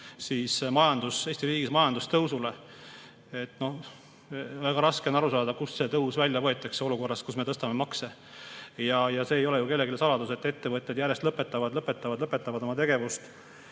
Eesti riigis majandus tõusule. Väga raske on aru saada, kust võetakse see tõus välja olukorras, kus me tõstame makse. See ei ole ju kellelegi saladus, et ettevõtted järjest lõpetavad, lõpetavad, lõpetavad oma tegevust